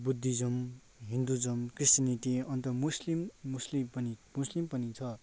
Buddhism Hinduism Christianity अन्त Muslim Muslim पनि Muslim पनि छ